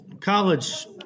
college